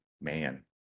Man